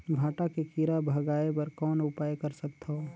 भांटा के कीरा भगाय बर कौन उपाय कर सकथव?